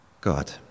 God